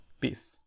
peace